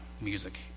music